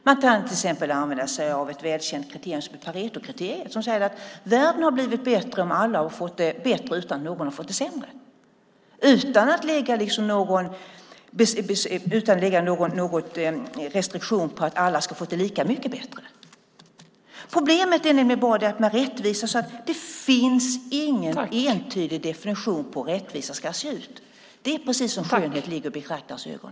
Man kan till exempel använda sig av ett välkänt kriterium, Paretokriteriet, som säger att världen har blivit bättre om alla har fått det bättre utan att någon har fått det sämre - utan att lägga någon restriktion på att alla ska ha fått det lika mycket bättre. Problemet med rättvisa är att det inte finns någon entydig definition på hur rättvisa ska se ut. Det är precis som att skönhet ligger i betraktarens ögon.